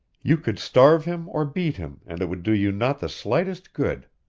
you could starve him or beat him, and it would do you not the slightest good.